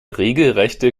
regelrechte